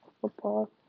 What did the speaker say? football